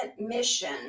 mission